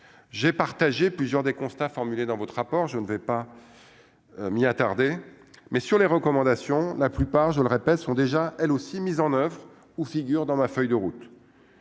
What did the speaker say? j'ai partagé plusieurs des constats formulés dans votre rapport, je ne vais pas m'y attarder mais sur les recommandations, la plupart, je le répète, sont déjà elle aussi mise en oeuvre où figurent dans ma feuille de route,